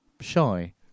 shy